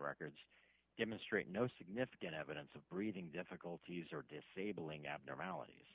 records demonstrate no significant evidence of breathing difficulties or disabling abnormalities